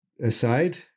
aside